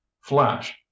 flash